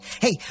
Hey